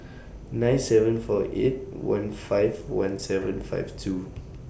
nine seven four eight one five one seven five two